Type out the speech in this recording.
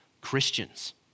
Christians